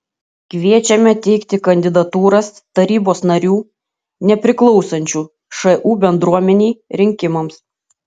kviečiame teikti kandidatūras tarybos narių nepriklausančių šu bendruomenei rinkimams